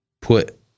put